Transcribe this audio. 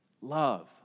love